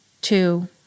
two